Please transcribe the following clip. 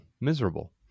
miserable